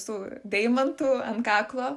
su deimantu ant kaklo